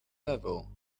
level